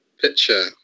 picture